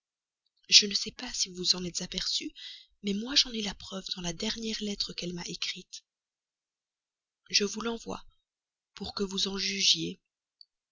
je ne sais pas si vous vous en êtes aperçu mais moi j'en ai la preuve dans la dernière lettre qu'elle m'a écrite je vous l'envoie pour que vous en jugiez